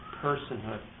personhood